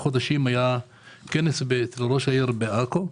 חודשים היה כנס אצל ראש העיר בעכו.